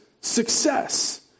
success